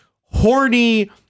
horny